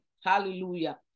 Hallelujah